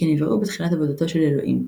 שכן נבראו בתחילת עבודתו של אלוהים,